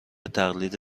تقلید